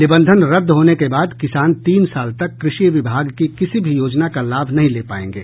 निबंधन रद्द होने के बाद किसान तीन साल तक कृषि विभाग की किसी भी योजना का लाभ नहीं ले पायेंगे